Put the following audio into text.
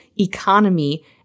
economy